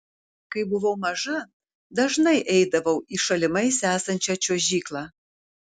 kai buvau maža dažnai eidavau į šalimais esančią čiuožyklą